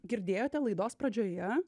girdėjote laidos pradžioje